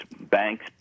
banks